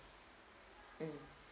um